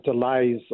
delays